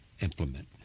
implement